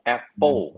Apple